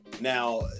Now